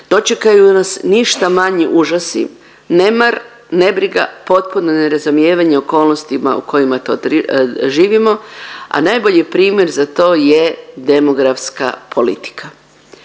dočekaju nas ništa manji užasi, nemar, nebriga, potpuno nerazumijevanje okolnostima u kojima živimo, a najbolji primjer za to je demografska politika.